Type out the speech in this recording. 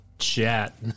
chat